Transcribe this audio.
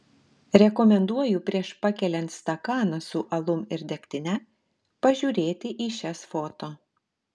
rekomenduoju prieš pakeliant stakaną su alum ir degtine pažiūrėti į šias foto